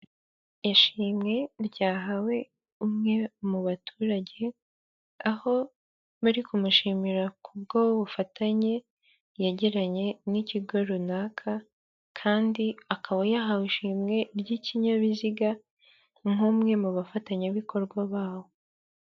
Ishimwe ryahawe umwe mu baturage, aho bari kumushimira kubwo bufatanye yagiranye n'ikigo runaka kandi akaba yahawe ishimwe ry'ikinyabiziga, nk'umwe mu bafatanyabikorwa babo.